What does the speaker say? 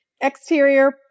Exterior